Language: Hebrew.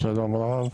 שלום רב.